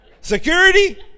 Security